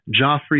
Joffrey